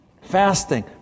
Fasting